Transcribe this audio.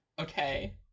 Okay